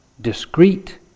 discrete